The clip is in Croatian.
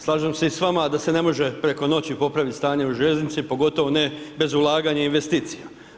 Slažem se i s vama da se ne može preko noći popraviti stanje u željeznici pogotovo ne bez ulaganja investicija.